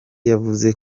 yavuze